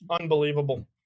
Unbelievable